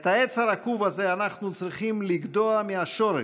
את העץ הרקוב הזה אנחנו צריכים לגדוע מהשורש.